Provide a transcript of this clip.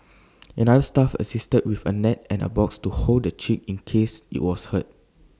another staff assisted with A net and A box to hold the chick in case IT was hurt